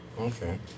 Okay